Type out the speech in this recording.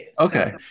Okay